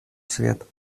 свет